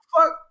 fuck